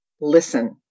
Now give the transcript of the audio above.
listen